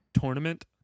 Tournament